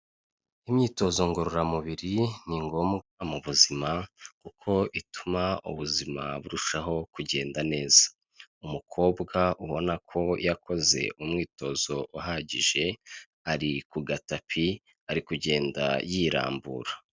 Imyitozo ngororamubiri ni ngombwa mu buzima kuko ituma ubuzima burushaho kugenda neza, umukobwa ubona ko yakoze umwitozo uhagije ari ku gatapi arikugenda yirambura.